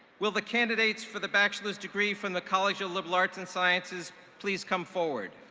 will the candidates for the bachelor's degree from the college of liberal arts and sciences please come forward?